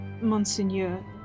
Monseigneur